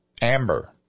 Amber